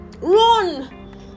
Run